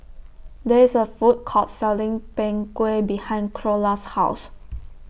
There IS A Food Court Selling Png Kueh behind Creola's House